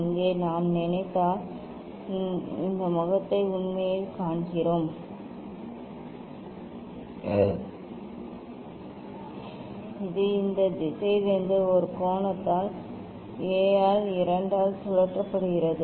இங்கே நாம் நினைத்தால் இந்த முகத்தை உண்மையில் காண்கிறோம் இது இந்த திசையிலிருந்து ஒரு கோணத்தால் A ஆல் 2 ஆல் சுழற்றப்படுகிறது